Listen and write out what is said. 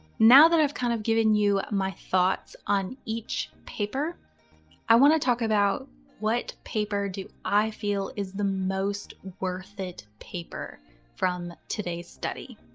now that i've kind of given you my thoughts on each paper i want to talk about what paper do i feel is the most worth it paper from today's study.